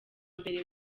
mbere